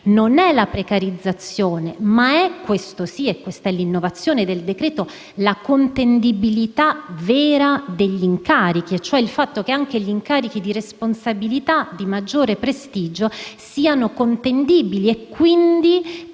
non è la precarizzazione ma è - e è questa l'innovazione del decreto - la contendibilità vera degli incarichi, cioè il fatto che anche gli incarichi di responsabilità e di maggiore prestigio siano contendibili, e quindi